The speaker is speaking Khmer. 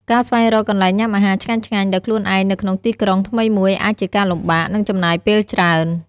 ការស្វែងរកកន្លែងញ៉ាំអាហារឆ្ងាញ់ៗដោយខ្លួនឯងនៅក្នុងទីក្រុងថ្មីមួយអាចជាការលំបាក និងចំណាយពេលច្រើន។